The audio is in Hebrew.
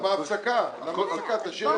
בואו